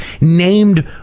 named